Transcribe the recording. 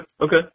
okay